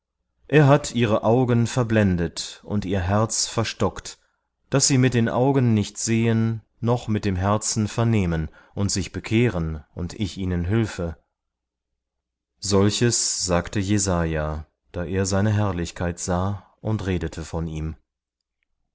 er hat ihre augen verblendet und ihr herz verstockt daß sie mit den augen nicht sehen noch mit dem herzen vernehmen und sich bekehren und ich ihnen hülfe solches sagte jesaja da er seine herrlichkeit sah und redete von ihm